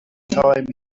time